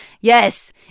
Yes